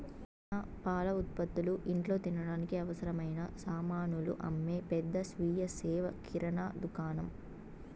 కిరణా, పాల ఉత్పతులు, ఇంట్లో తినడానికి అవసరమైన సామానులు అమ్మే పెద్ద స్వీయ సేవ కిరణా దుకాణం